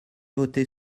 voter